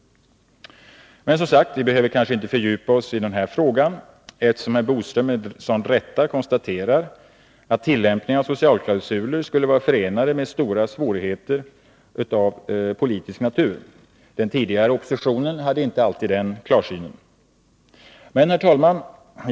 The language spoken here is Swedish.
Men som sagt, vi behöver kanske inte fördjupa oss i denna fråga, eftersom herr Bodström så rätt konstaterar att tillämpningen av socialklausuler skulle vara förenad med stora svårigheter av politisk natur. Den tidigare oppositionen hade inte alltid denna klarsyn. Herr talman!